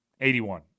81